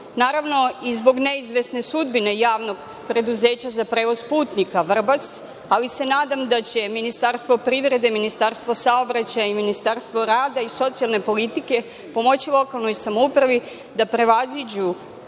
naravno, i zbog neizvesne sudbine Javnog preduzeća za prevoz putnika Vrbas, ali se nadam da će Ministarstvo privrede, Ministarstvo saobraćaja i Ministarstvo rada i socijalne politike pomoći lokalnoj samoupravi da prevaziđu